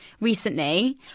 recently